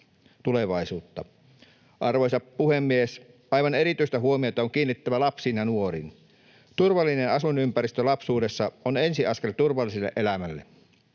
Arvoisa puhemies! Aivan erityistä huomiota on kiinnitettävä lapsiin ja nuoriin. Turvallinen asuinympäristö lapsuudessa on ensi askel turvalliseen elämään.